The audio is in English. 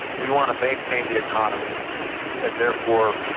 we want to maintain the economy and therefore,